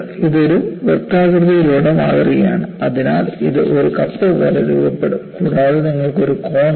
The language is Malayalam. ഇതൊരു വൃത്താകൃതിയിലുള്ള മാതൃകയാണ് അതിനാൽ ഇത് ഒരു കപ്പ് പോലെ രൂപപ്പെടും കൂടാതെ നിങ്ങൾക്ക് ഒരു കോൺ ഉണ്ട്